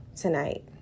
tonight